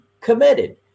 committed